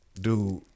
dude